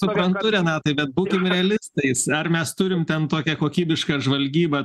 suprantu renatai bet būkim realistais ar mes turim ten tokią kokybišką žvalgybą